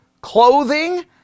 clothing